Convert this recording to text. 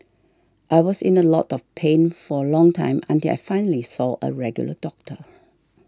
I was in a lot of pain for a long time until I finally saw a regular doctor